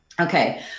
Okay